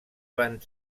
van